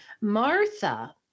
Martha